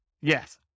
Yes